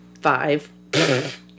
five